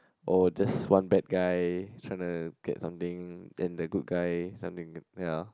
oh just one bad guy trying to get something then the good guy something ya